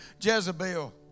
Jezebel